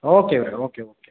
okay ಇವರೆ okay okay